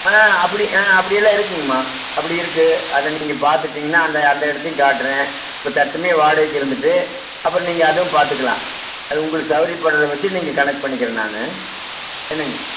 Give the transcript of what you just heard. ஆ அப்படி ஆ அப்படியெல்லாம் இருக்குதுங்கம்மா அப்படி இருக்குது அதை நீங்கள் பார்த்துட்டிங்கன்னா அந்த அந்த இடத்தையும் காட்டுறேன் இப்போ தற்சமயம் வாடகைக்கு இருந்துவிட்டு அப்புறம் நீங்கள் அதுவும் பார்த்துக்கலாம் அது உங்களுக்கு சவுகரியப்பட்றப்பட்சம் நீங்கள் கணக்கு பண்ணிக்கிறேன் நான் என்னங்க